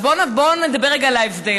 אז בוא נדבר רגע על ההבדל.